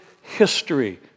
history